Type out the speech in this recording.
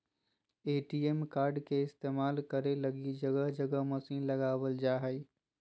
ATM card के इस्तेमाल करे लगी जगह जगह मशीन लगाबल जा हइ